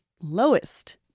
lowest